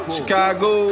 Chicago